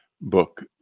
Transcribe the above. book